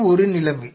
இது ஒரு நிலைமை